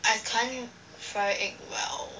I can't fry egg well